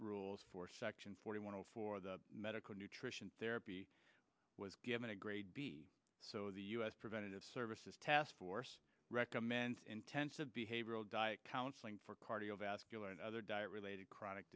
rules for section forty one for the medical nutrition therapy was given a grade b so the u s preventative services task force recommends intensive behavioral diet counseling for cardiovascular and other diet related chronic